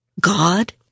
God